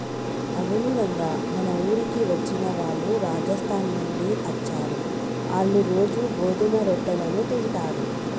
అవును రంగ మన ఊరికి వచ్చిన వాళ్ళు రాజస్థాన్ నుండి అచ్చారు, ఆళ్ళ్ళు రోజూ గోధుమ రొట్టెలను తింటారు